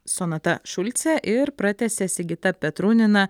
sonata šulcė ir pratęsė sigita petrunina